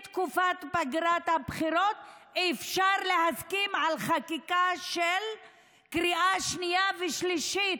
בתקופת פגרת הבחירות אפשר להסכים על חקיקה של קריאה שנייה ושלישית.